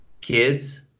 kids